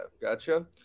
Gotcha